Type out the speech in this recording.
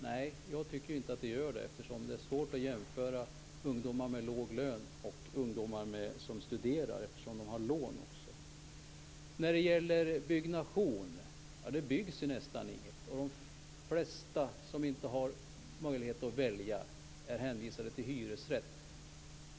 Nej, jag tycker inte att det gör det, eftersom det är svårt att jämföra ungdomar med låg lön med ungdomar som studerar och har studielån. Det byggs nästan inget. De flesta som inte har möjlighet att välja är hänvisade till hyresrätt.